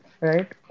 right